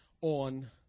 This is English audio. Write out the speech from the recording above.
on